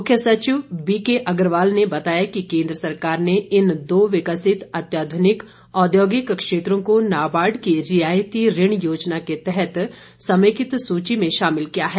मुख्य सचिव बीके अग्रवाल ने बताया कि केंद्र सरकार ने इन दो विकसित अत्याधुनिक औद्योगिक क्षेत्रों को नाबार्ड की रियायती ऋण योजना के तहत समेकित सूची में शामिल किया है